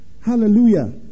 Hallelujah